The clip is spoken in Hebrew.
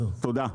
תודה.